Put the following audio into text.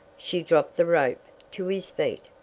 she dropped the rope to his feet,